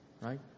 right